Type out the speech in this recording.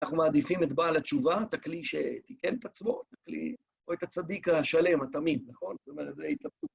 אנחנו מעדיפים את בעל התשובה, תכלי שתיקן את עצמו, או את הצדיק השלם, התמים, נכון? זאת אומרת, זה התהפכות.